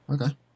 Okay